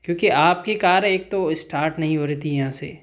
क्योंकि आपकी कार एक तो स्टार्ट नहीं हो रही थी यहाँ से